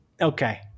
Okay